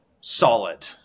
solid